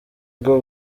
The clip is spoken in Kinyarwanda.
bwo